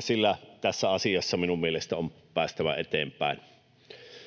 sillä tässä asiassa mielestäni on päästävä eteenpäin.